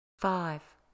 Five